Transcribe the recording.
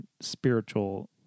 spiritual